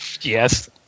Yes